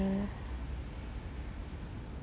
oh